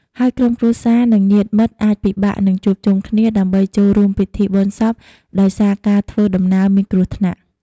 ហើយក្រុមគ្រួសារ និងញាតិមិត្តអាចពិបាកនឹងជួបជុំគ្នា ដើម្បីចូលរួមពិធីបុណ្យសពដោយសារការធ្វើដំណើរមានគ្រោះថ្នាក់។